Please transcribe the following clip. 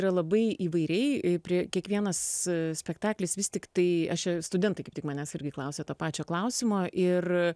yra labai įvairiai prie kiekvienas spektaklis vis tiktai aš studentai tik manęs irgi klausia to pačio klausimo ir